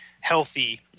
healthy